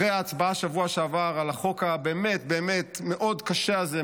אחרי ההצבעה בשבוע שעבר על החוק הבאמת-באמת מאוד קשה הזה,